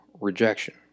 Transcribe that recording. rejection